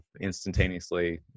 instantaneously